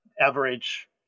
average